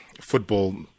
football